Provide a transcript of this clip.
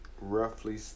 roughly